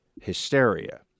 hysteria